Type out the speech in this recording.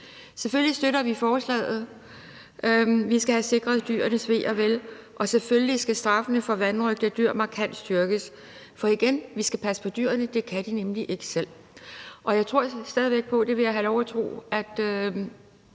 Selvfølgelig støtter vi forslaget. Vi skal have sikret dyrenes ve og vel, og selvfølgelig skal straffene for vanrøgt af dyr styrkes markant, for igen vil jeg sige, at vi skal passe på dyrene. Det kan de nemlig ikke selv. Jeg tror stadig væk på det